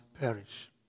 perish